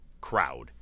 crowd